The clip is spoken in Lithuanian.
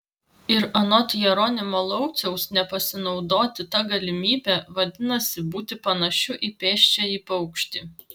ir anot jeronimo lauciaus nepasinaudoti ta galimybe vadinasi būti panašiu į pėsčiąjį paukštį